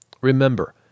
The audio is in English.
Remember